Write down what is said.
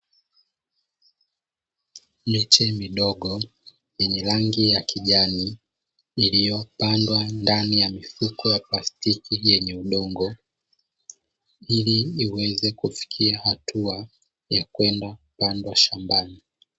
Miche midogo yenye rangi ya kijani, iliyopandwa ndani ya mifuko ya plastiki yenye udongo, ili iweze kufikia hatua ya kwenda kupandwa shambani.